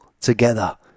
together